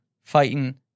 Fighting